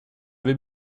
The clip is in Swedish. vid